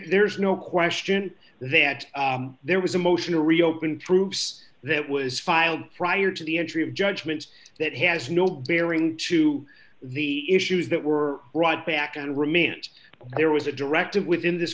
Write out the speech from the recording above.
there's no question that there was a motion to reopen troops that was filed prior to the entry of judgment that has no bearing to the issues that were brought back and remained there was a directive within this